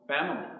family